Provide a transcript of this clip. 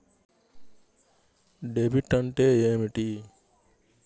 Debit అంటే ఏమిటి?